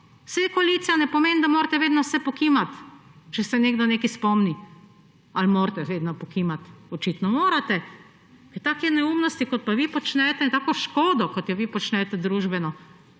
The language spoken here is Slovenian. Saj koalicija ne pomeni, da morate vedno vse pokimati, če se nekdo nekaj spomni. Ali morate vedno pokimati? Očitno morate. Ker take neumnosti, kot pa vi počnete, in tako družbeno škodo, kot jo vi počnete, to